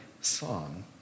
song